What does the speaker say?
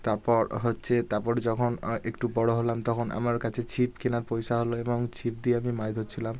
তাপর হচ্ছে তাপর যখন একটু বড়ো হলাম তখন আমার কাছে ছিপ কেনার পয়সা হলো এবং ছিপ দিয়ে আমি মাছ ধরছিলাম